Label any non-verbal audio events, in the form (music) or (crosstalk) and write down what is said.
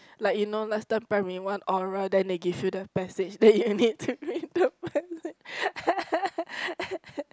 like you know last time primary one oral then they give you the passage then you (laughs) need to read the pessage (laughs) >